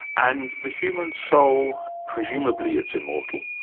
and the human soul, presumably it's immortal?